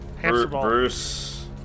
Bruce